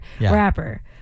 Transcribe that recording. rapper